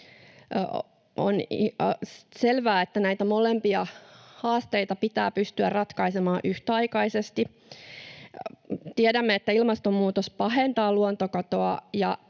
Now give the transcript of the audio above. ihan selvää, että näitä molempia haasteita pitää pystyä ratkaisemaan yhtäaikaisesti. Tiedämme, että ilmastonmuutos pahentaa luontokatoa,